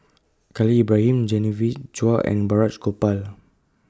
Khalil Ibrahim Genevieve Chua and Balraj Gopal